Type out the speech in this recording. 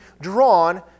drawn